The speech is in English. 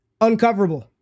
uncoverable